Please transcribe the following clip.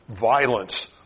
violence